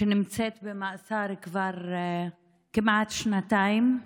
שנמצאת במאסר כבר כמעט שנתיים,